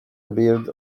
appeared